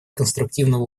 конструктивного